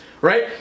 right